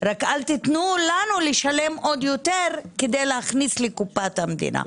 רק אל תתנו לנו לשלם עוד יותר כדי להכניס לקופת המדינה.